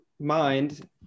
mind